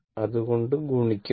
അത് കൊണ്ട് ഗുണിക്കുന്നു